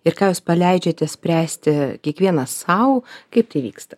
ir ką jūs paleidžiate spręsti kiekvienas sau kaip tai vyksta